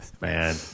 Man